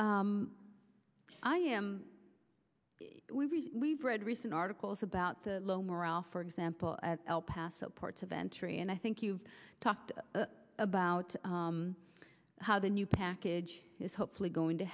am we've read recent articles about the low morale for example at el paso parts of entry and i think you've talked about how the new package is hopefully going to